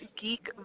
Geek